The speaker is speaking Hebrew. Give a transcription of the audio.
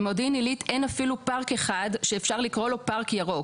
במודיעין עילית אין אפילו פארק אחד שאפשר לקרוא לו פארק ירוק,